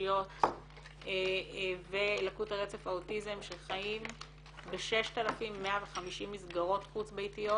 נפשיות ולקות על רצף האוטיזם שחיים ב-6150 מסגרות חוץ ביתיות